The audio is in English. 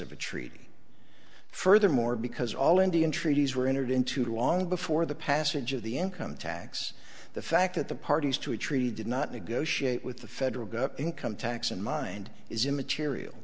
of a treaty furthermore because all indian treaties were entered into long before the passage of the income tax the fact that the parties to a treaty did not negotiate with the federal gov income tax in mind is immaterial